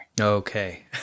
Okay